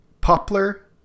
poplar